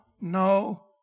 no